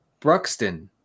Bruxton